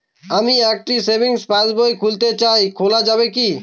আমি একটি savings passbook খুলতে চাই খোলা যাবে কি?